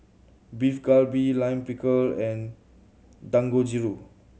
Beef Galbi Lime Pickle and Dangojiru